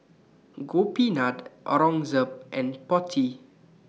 Gopinath Aurangzeb and Potti